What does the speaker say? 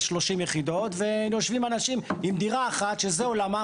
30 יחידות ויושבים אנשים עם דירה אחת שזה עולמם,